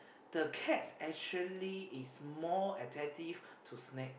the cats actually is more attractive to snake